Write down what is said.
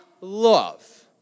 love